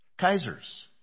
Kaisers